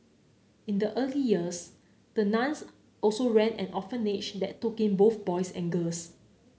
in the early years the nuns also ran an orphanage that took in both boys and girls